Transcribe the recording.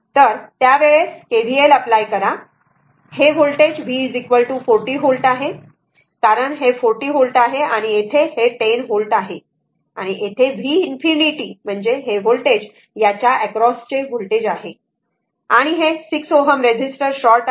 तर त्यावेळेस KVLअप्लाय करा हे व्होल्टेज v 40 व्होल्ट आहे बरोबर कारण हे 40 व्होल्ट आहे आणि येथे हे 10 व्होल्ट आहे आणि येथे v ∞ म्हणजे हे व्होल्टेज याच्या एक्रॉसचे होल्टेज आहे आणि हे 6 Ω रेजीस्टर शॉर्ट आहे